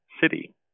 city